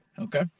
Okay